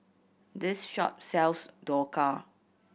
this shop sells Dhokla